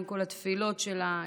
עם כל התפילות שלה,